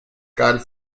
carl